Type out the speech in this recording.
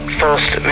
first